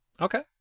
Okay